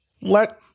let